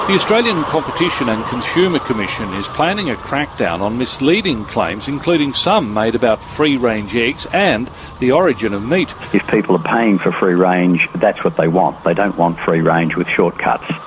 australian competition and consumer commission is planning a crack-down on misleading claims, including some made about free range eggs and the origin of meat. if people are paying for free range, that's what they want, they don't want free range with shortcuts.